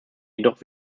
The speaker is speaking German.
jedoch